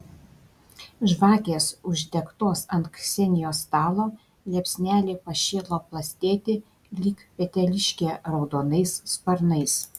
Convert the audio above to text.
žvakės uždegtos ant ksenijos stalo liepsnelė pašėlo plastėti lyg peteliškė raudonais sparnais